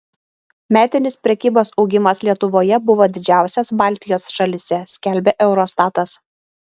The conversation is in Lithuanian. metinis prekybos augimas lietuvoje buvo didžiausias baltijos šalyse skelbia eurostatas